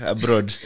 Abroad